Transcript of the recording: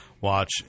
watch